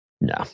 No